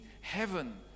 heaven